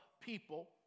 people